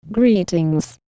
Greetings